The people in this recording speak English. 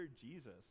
Jesus